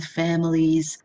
families